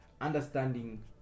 understanding